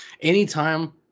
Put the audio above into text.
Anytime